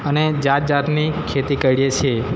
અને જાતજાતની ખેતી કરીએ છીએ